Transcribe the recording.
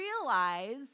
realize